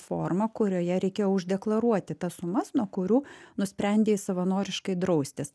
formą kurioje reikėjo uždeklaruoti tas sumas nuo kurių nusprendei savanoriškai draustis